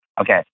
Okay